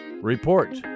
Report